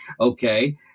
Okay